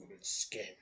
skin